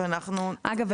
ואנחנו --- אגב,